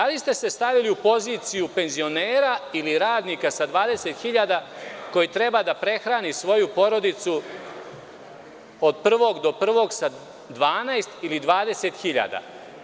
Da li ste se stavili u poziciju penzionera ili radnika sa 20 hiljada koji treba da prehrani svoju porodicu od 1-og do 1-og sa 12 ili 20 hiljada?